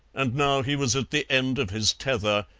and now he was at the end of his tether,